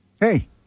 Hey